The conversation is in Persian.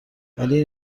ولی